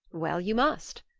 well, you must,